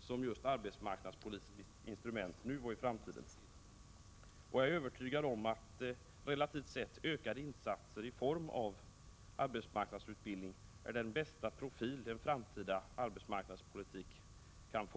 som just arbetsmarknadspolitiskt instrument, nu och i framtiden. Jag är övertygad om att relativt sett ökade insatser i form av arbetsmarknadsutbildning är den bästa profil en framtida arbetsmarknadspolitik kan få.